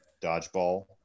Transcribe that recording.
dodgeball